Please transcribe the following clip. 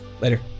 later